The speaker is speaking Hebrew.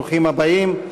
ברוכים הבאים.